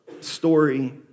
story